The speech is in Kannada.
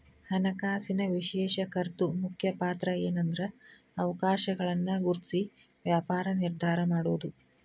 ಹಣಕಾಸಿನ ವಿಶ್ಲೇಷಕರ್ದು ಮುಖ್ಯ ಪಾತ್ರಏನ್ಂದ್ರ ಅವಕಾಶಗಳನ್ನ ಗುರ್ತ್ಸಿ ವ್ಯಾಪಾರ ನಿರ್ಧಾರಾ ಮಾಡೊದು